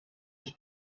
was